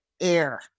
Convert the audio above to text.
air